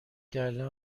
گله